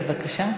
בבקשה.